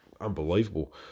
unbelievable